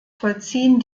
vollziehen